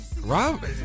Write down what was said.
Rob